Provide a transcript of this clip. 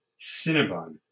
Cinnabon